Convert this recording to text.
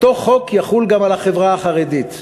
אותו חוק יחול גם על החברה החרדית.